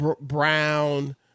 Brown